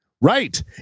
Right